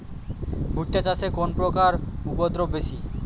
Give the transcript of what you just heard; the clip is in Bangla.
ভুট্টা চাষে কোন পোকার উপদ্রব বেশি?